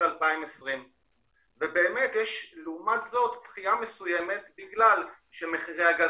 שהסביבה לגבי ההכנסות מהגז